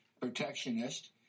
protectionist